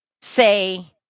say